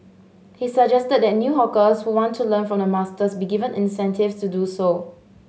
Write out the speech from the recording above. he suggested that new hawkers who want to learn from the masters be given incentives to do so